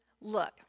look